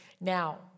Now